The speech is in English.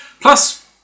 Plus